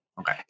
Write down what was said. okay